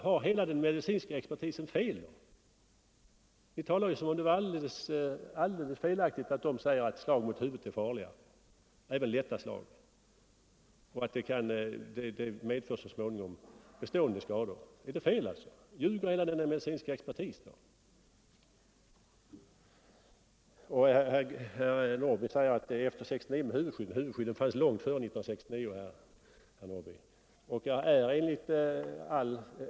Har hela den medicinska expertisen fel? Ni talar som om det var alldeles felaktigt att även lätta slag mot huvudet är farliga och så småningom medför bestående skador. Är det fel? Ljuger hela den medicinska expertisen? Herr Norrby säger, att sedan 1969 har man huvudskydd. Men huvudskydden fanns långt före 1969, herr Norrby.